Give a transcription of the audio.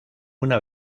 una